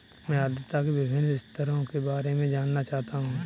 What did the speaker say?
मैं आर्द्रता के विभिन्न स्तरों के बारे में जानना चाहता हूं